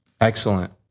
Excellent